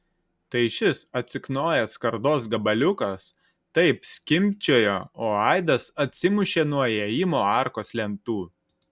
tai šis atsiknojęs skardos gabaliukas taip skimbčiojo o aidas atsimušė nuo įėjimo arkos lentų